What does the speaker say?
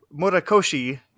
Murakoshi